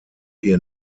ihr